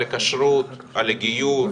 על הכשרות, על הגיור,